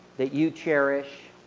that you cherish,